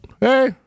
Hey